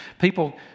people